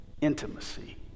intimacy